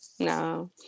No